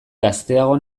gazteago